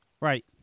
Right